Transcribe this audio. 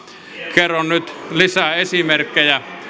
kerron nyt lisää esimerkkejä